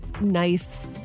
nice